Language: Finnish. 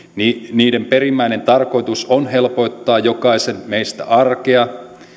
niiden perimmäinen tarkoitus on helpottaa jokaisen meistä arkea